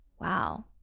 Wow